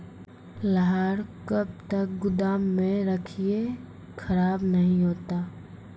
लहार कब तक गुदाम मे रखिए खराब नहीं होता?